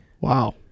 Wow